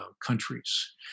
countries